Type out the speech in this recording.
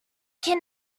can